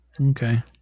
okay